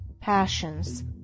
passions